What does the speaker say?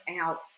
out